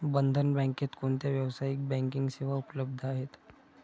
बंधन बँकेत कोणत्या व्यावसायिक बँकिंग सेवा उपलब्ध आहेत?